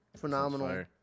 Phenomenal